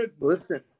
Listen